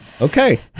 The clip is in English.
Okay